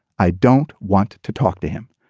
i don't want to talk to him.